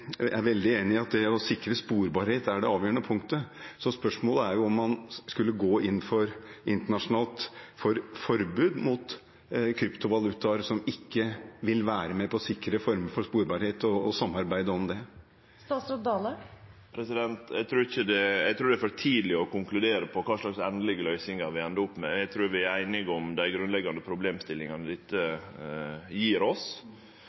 det avgjørende punktet. Så spørsmålet er om man internasjonalt skulle gått inn for et forbud mot kryptovalutaer som ikke vil sikre former for sporbarhet, og samarbeide om det. Eg trur det er for tidleg å konkludere om kva løysingar vi endar opp med. Eg trur vi er einige om dei grunnleggjande problemstillingane som dette gjev oss.